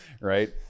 right